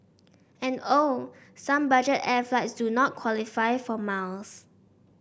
and oh some budget air flights do not qualify for miles